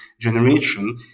generation